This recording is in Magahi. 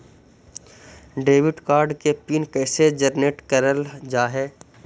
डेबिट कार्ड के पिन कैसे जनरेट करल जाहै?